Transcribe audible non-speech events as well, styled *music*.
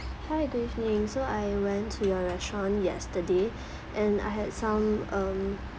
hi good evening so I went to your restaurant yesterday *breath* and I had some um